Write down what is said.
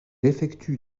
effectue